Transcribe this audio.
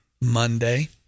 monday